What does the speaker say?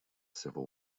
civil